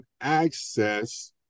access